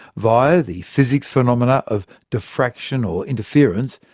via the physics phenomena of diffraction or interference,